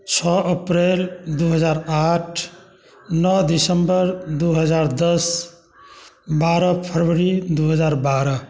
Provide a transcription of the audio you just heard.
छओ अप्रैल दू हजार आठ नओ दिसम्बर दू हजार दस बारह फरवरी दू हजार बारह